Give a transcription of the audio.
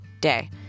day